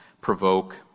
provoke